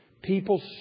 People